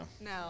No